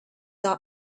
are